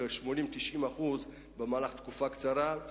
80% 90% בתקופה קצרה.